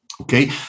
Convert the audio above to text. okay